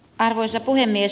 arvoisa puhemies